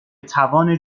توان